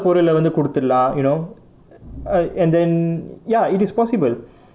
பொருளை வந்து கொடுத்துறலாம்:porulai vanthu koduthuralaam you know uh and then ya it is possible